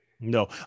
No